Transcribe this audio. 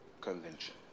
convention